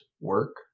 work